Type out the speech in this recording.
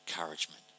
encouragement